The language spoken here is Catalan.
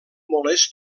molest